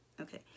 okay